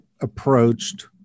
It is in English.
approached